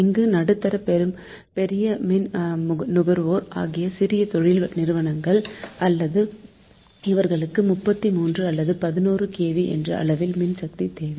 இங்கு நடுத்தர பெரிய மின்நுகர்வோர் ஆகிய சிறிய தொழில்நிறுவனங்கள் இவர்களுக்கு 33 அல்லது 11 kV என்ற அளவில் மின்சக்தி தேவை